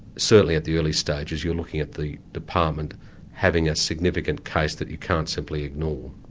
certainly at the early stages, you're looking at the department having a significant case that you can't simply ignore.